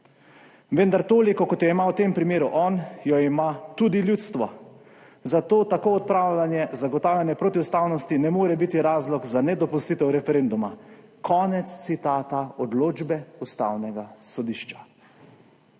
Vendar toliko, kot jo ima v tem primeru on, jo ima tudi ljudstvo. Zato tako odpravljanje, zagotavljanje protiustavnosti ne more biti razlog za nedopustitev referenduma.« (konec citata odločbe Ustavnega sodišča)